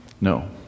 No